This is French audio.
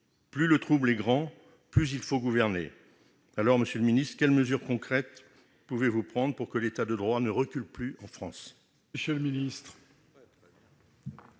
Plus le trouble est grand, plus il faut gouverner !» Monsieur le ministre, quelles mesures concrètes allez-vous prendre pour que l'État de droit ne recule plus en France ? La parole est